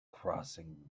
crossing